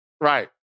Right